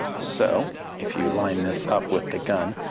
so if you line this up with the gun,